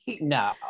no